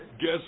Guess